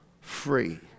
free